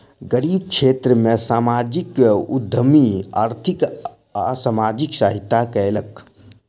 गरीब क्षेत्र में सामाजिक उद्यमी आर्थिक आ सामाजिक सहायता कयलक